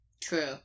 True